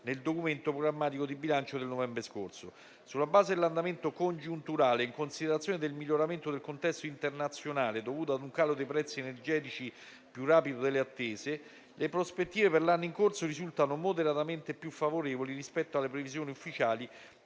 nel Documento programmatico di bilancio del novembre scorso. Sulla base dell'andamento congiunturale, in considerazione del miglioramento del contesto internazionale dovuto a un calo dei prezzi energetici più rapido delle attese, le prospettive per l'anno in corso risultano moderatamente più favorevoli rispetto alle previsioni ufficiali